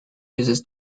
uses